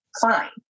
Fine